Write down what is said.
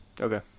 Okay